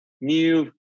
new